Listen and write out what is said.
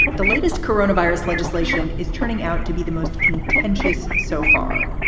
the latest coronavirus legislation is turning out to be the most contentious. so far,